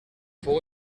fou